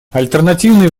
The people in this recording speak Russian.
альтернативные